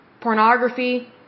pornography